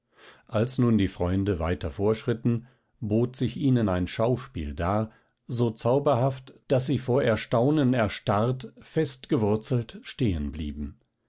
als nun die freunde weiter vorschritten bot sich ihnen ein schauspiel dar so zauberhaft daß sie vor erstaunen erstarrt fest gewurzelt